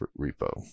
repo